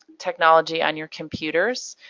technology on your computers.